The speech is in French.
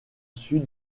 sud